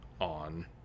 on